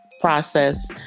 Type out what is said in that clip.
process